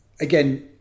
Again